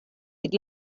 eat